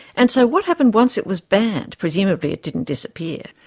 and so what happened once it was banned? presumably it didn't disappear?